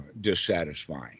dissatisfying